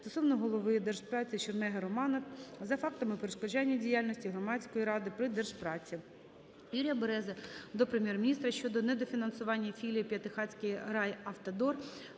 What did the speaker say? стосовно голови Держпраці Чернеги Романа за фактами перешкоджання діяльності Громадської ради при Держпраці.